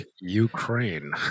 Ukraine